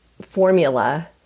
formula